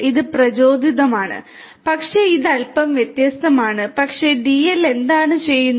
ഇത് പ്രചോദിതമാണ് പക്ഷേ ഇത് അൽപ്പം വ്യത്യസ്തമാണ് പക്ഷേ DL എന്താണ് ചെയ്യുന്നത്